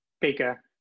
bigger